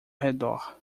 redor